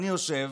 אני יושב,